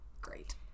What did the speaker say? great